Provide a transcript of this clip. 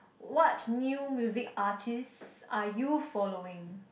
what new music artist are you following